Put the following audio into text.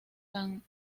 tan